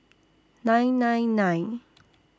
nine nine nine